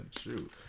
shoot